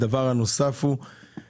הדבר הנוסף הוא שתהיה